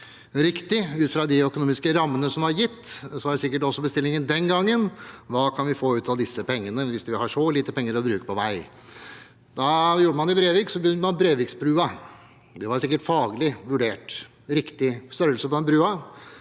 riktig ut fra de økonomiske rammene som var gitt. Så var sikkert også bestillingen den gangen hva vi kan få ut av disse pengene, hvis vi har så lite penger å bruke på vei. Det man gjorde i Brevik, var å bygge Brevikbrua. Det var sikkert faglig vurdert og riktig størrelse på den broen.